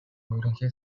ерөнхий